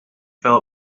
fill